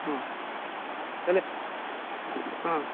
ହଁ ତାହେଲେ ହଁ